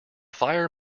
fire